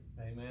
Amen